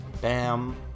Bam